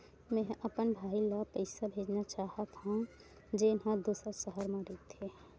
मेंहा अपन भाई ला पइसा भेजना चाहत हव, जेन हा दूसर शहर मा रहिथे